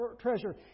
treasure